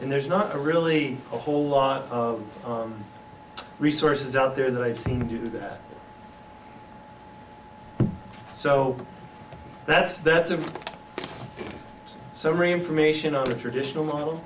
and there's not really a whole lot of resources out there that i've seen to do that so that's that's a summary information on a traditional model